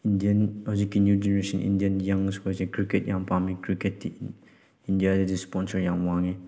Indian ꯍꯧꯖꯤꯛꯀꯤ new generation Indian ꯌꯪꯒꯦꯁ ꯈꯣꯏꯁꯦ ꯀ꯭ꯔꯤꯀꯦꯠ ꯌꯥꯝ ꯄꯥꯝꯏ ꯀ꯭ꯔꯤꯀꯦꯠꯇꯤ ꯏꯟꯗꯤꯌꯥꯗ ꯏꯁꯄꯣꯟꯁꯔ ꯌꯥꯝ ꯋꯥꯡꯉꯤ